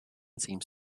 seems